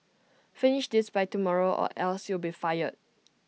finish this by tomorrow or else you'll be fired